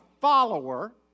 follower